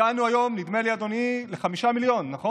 הגענו היום, נדמה לי, אדוני, ל-5 מיליון, נכון?